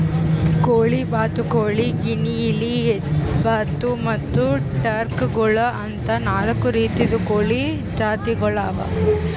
ಕೋಳಿ, ಬಾತುಕೋಳಿ, ಗಿನಿಯಿಲಿ, ಹೆಬ್ಬಾತು ಮತ್ತ್ ಟರ್ಕಿ ಗೋಳು ಅಂತಾ ನಾಲ್ಕು ರೀತಿದು ಕೋಳಿ ಜಾತಿಗೊಳ್ ಅವಾ